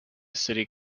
city